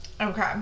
Okay